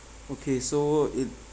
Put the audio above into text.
okay so it